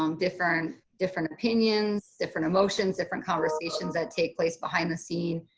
um different different opinions. different emotions, different conversations that take place behind the scenes.